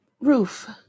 roof